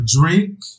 drink